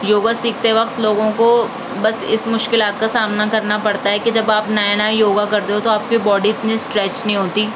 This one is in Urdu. یوگا سیکھتے وقت لوگوں کو بس اس مشکلات کا سامنا کرنا پڑتا ہے کہ جب آپ نیا نیا یوگا کرتے ہو تو آپ کی باڈی اتنی اسٹریچ نہیں ہوتی